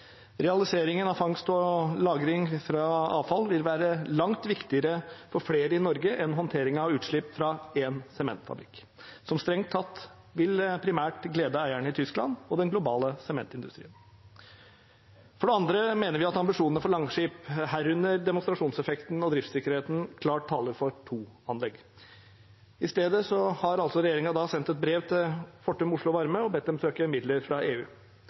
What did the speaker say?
Realiseringen av fangst og lagring fra avfall vil være langt viktigere for flere i Norge enn håndteringen av utslipp fra en sementfabrikk, som strengt tatt primært vil glede eierne i Tyskland og den globale sementindustrien. For det andre mener vi at ambisjonene for Langskip, herunder demonstrasjonseffekten og driftssikkerheten, klart taler for to anlegg. I stedet har regjeringen altså sendt et brev til Fortum Oslo Varme og bedt dem søke midler fra EU.